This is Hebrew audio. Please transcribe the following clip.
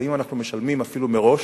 לפעמים אנחנו משלמים אפילו מראש,